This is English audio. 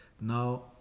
Now